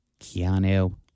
Keanu